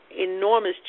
enormous